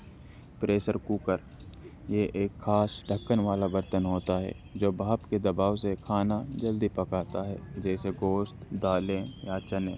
pressure cooker یہ ایک خاص ڈھکن والا برتن ہوتا ہے جو بھاپ کے دباؤ سے کھانا جلدی پکاتا ہے جیسے گوشت دالیں یا چنے